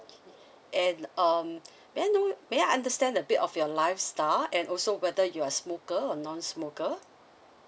okay and um then what may I understand a bit of your lifestyle and also whether you are a smoker or non-smoker